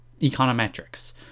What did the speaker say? econometrics